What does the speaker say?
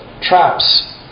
traps